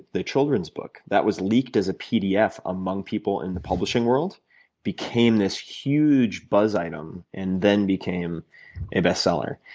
the children's book. that was leaked as a pdf among people in the publishing world and became this huge buzz item and then became a bestseller.